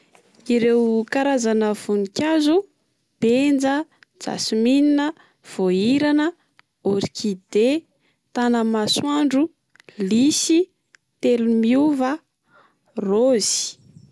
Ireo karazana vonikazo: benja, jasmina, voahirana, orchidée, tanamasoandro, lisy, telomiova, raozy.